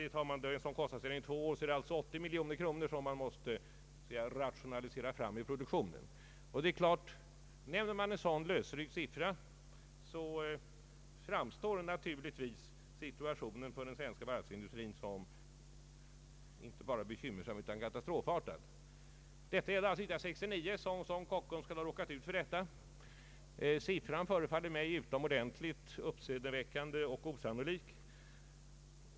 Sedan sade han att det för två år alltså blir 80 miljoner kronor som man så att säga måste rationalisera fram i produktionen. Nämner man en sådan lösryckt siffra framstår naturligtvis situationen för den svenska varvsindustrin som inte bara bekymmersam utan katastrofartad. Kockums skulle alltså ha råkat ut för detta 1969. Siffran förefaller mig utomordentligt uppseendeväckande och osannolik.